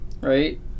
right